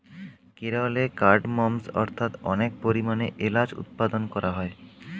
কেরলে কার্ডমমস্ অর্থাৎ অনেক পরিমাণে এলাচ উৎপাদন করা হয়